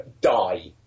die